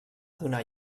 donar